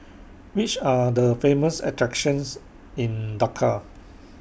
Which Are The Famous attractions in Dhaka